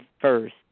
first